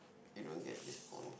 you don't get this point